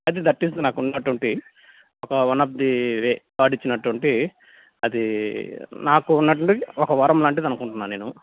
అది that is నాకున్నటువంటి ఒక one of the way God ఇచ్చినటువంటి అదీ నాకున్నటువంటి ఒక వరంలాంటిది అనుకుంటున్నాను నేను